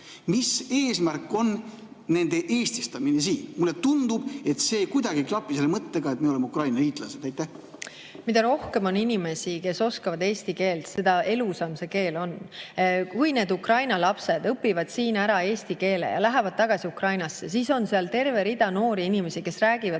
Mis eesmärk on nende eestistamisel? Mulle tundub, et see kuidagi ei klapi selle mõttega, et me oleme Ukraina liitlased. Mida rohkem on inimesi, kes oskavad eesti keelt, seda elusam see keel on. Kui need Ukraina lapsed õpivad siin ära eesti keele ja lähevad tagasi Ukrainasse, siis on seal terve rida noori inimesi, kes räägivad